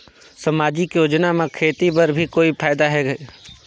समाजिक योजना म खेती बर भी कोई फायदा है?